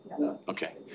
Okay